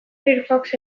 firefox